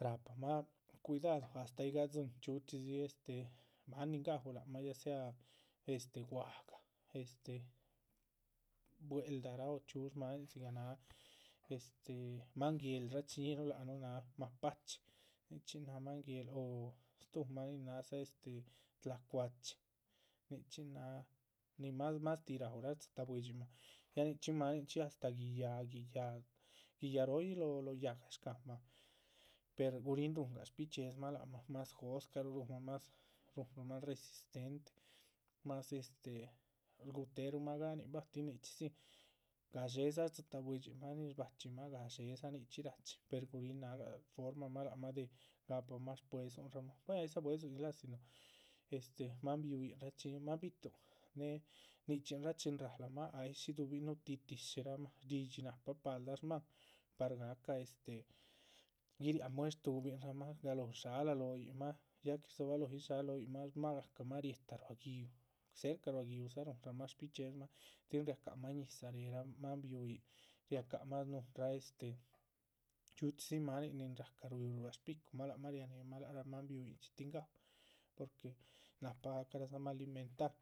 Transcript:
Rahpa mah cuidadu astáh ay gadzín chxíu chxídzi este, máan ni gaú lac mah ya sea este gwahga este bwel’daraa o chxíus máanin dzigah náha este máan guéhlaraa rachi. ñíhinuh lac nuh náha mapache, nichxíhin náha máan guéhla o stuhumah nin nádza este tlacuache nichxín náha nin más másti raúrah dzitáh buidxin mah, ya nichxín. maninchxí astáh guiyáha guiyáharoyi lóho yáhga shcáhamah per guríhin rúhunag shbichxíedzamah más jóscaruh rúhunmahn más rúhunrumahn resistente más este shguhuteruma. gánin bah tin nichxí dzín gadxédza dzitáh buidxin mah nin shbachxímah gadxédza nichxí ráchi per guríhin náhga formamah lac gamah de gápamah shpuédzunmah de gapahmah. buen aydzá buédzudxi si no este, máan bihuyinrah chin máan bi´tuhn née nichxínraa chin ráhalamah ay shí dúhubihn núhutih tíshiramah shdídxi náhpa paldah shmáhan. par gáhca este guiríah muer shtúhubiraamah galóh rdsháhala lóhoyinmah, ya que rdzobalóhoyi rdsháhala lóyinmah lác shmá gahcamah rietahh ruá gi´uh, cerca ruá gi´uhdza. rúhunramah shbichxíedzamah, tin riácamah ñizah réheraamah bihuyin riácamah shnúhunrah este chxíchxidzi máanin nin rácah riú ruá shpicumah lac mah rianéhemah lac raa. máan bihuyinchxí tin gaú porque nahpa gahca radzamah alimentar